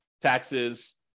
taxes